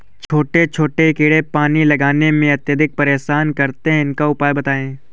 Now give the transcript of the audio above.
छोटे छोटे कीड़े पानी लगाने में अत्याधिक परेशान करते हैं इनका उपाय बताएं?